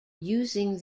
using